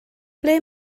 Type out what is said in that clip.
ble